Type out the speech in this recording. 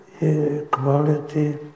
equality